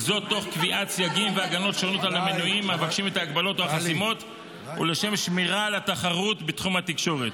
כדוגמת ועדת הרבנים לענייני תקשורת.